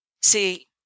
See